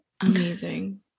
amazing